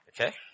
Okay